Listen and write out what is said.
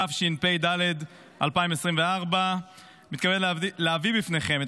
התשפ"ד 2024. אני מתכוון להביא בפניכם את